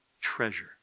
treasure